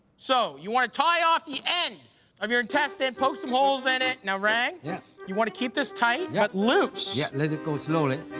so, you want to tie off the end of your intestine, poke some holes in it. now rang. yeah? you want to keep this tight, but loose. yeah, let it go slowly.